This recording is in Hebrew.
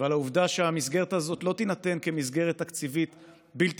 ועל העובדה שהמסגרת הזאת לא תינתן כמסגרת תקציבית בלתי